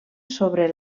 sobre